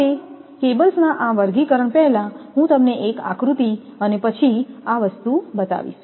હવે કેબલના આ વર્ગીકરણ પહેલાં હું તમને એક આકૃતિ અને પછી આ વસ્તુ બતાવીશ